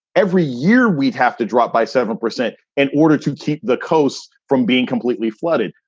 every year, we'd have to drop by several percent in order to keep the coast from being completely flooded.